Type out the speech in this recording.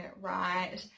right